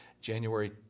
January